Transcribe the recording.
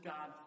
God